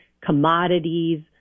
commodities